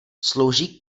slouží